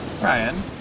Ryan